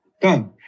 Done